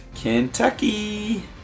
Kentucky